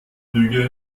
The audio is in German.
flüge